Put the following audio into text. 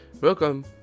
welcome